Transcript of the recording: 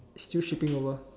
still shipping over